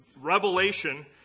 revelation